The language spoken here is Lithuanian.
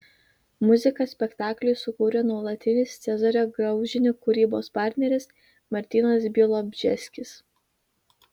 muziką spektakliui sukūrė nuolatinis cezario graužinio kūrybos partneris martynas bialobžeskis